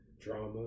drama